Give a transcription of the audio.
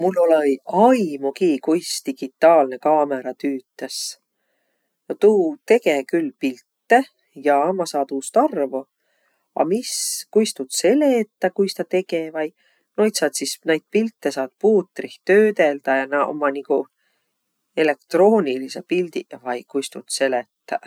Mul olõ-iq aimugi, kuis digitaalnõ kaamõra tüütäs. Tuu tege külq pilte, jaa, ma saa tuust arvo, a mis, kuis tuud seletäq, kuis tä tege vai. Noid saat sis noid pilte saat puutrih töödeldä ja nä ommaq niguq elektroonilisõq pildiq vai kuis tuud seletäq.